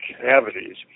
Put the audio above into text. cavities